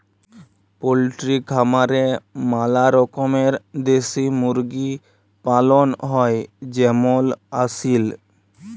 poultry খামারে ম্যালা রকমের দেশি মুরগি পালন হ্যয় যেমল আসিল